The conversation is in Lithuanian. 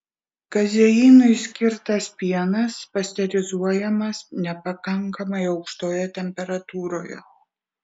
kazeinui skirtas pienas pasterizuojamas nepakankamai aukštoje temperatūroje